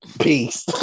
Peace